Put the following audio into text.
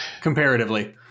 comparatively